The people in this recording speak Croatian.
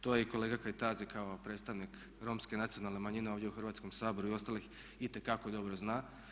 To je i kolega Kajtazi kao predstavnik Romske nacionalne manjine ovdje u Hrvatskom saboru i ostalih, itekako dobro zna.